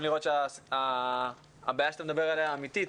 לראות שהבעיה שאתה מדבר עליה אמיתית,